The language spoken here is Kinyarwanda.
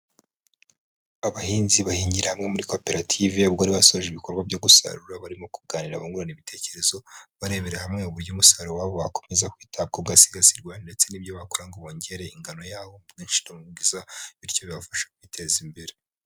Abahinzi bahingirara hamwe muri koperative ubwo bari basoje ibikorwa byo gusarura barimo kuganira bungurana ibitekerezo barebera hamwe uburyo umusaruro wabo wakomeza kwitabwaho ugasigasirwa ndetse n'ibyo bakora kugira ngo bongere ingano yawo mu bwinshi no mu bwiza, bityo bibafasha kwiteza imbere.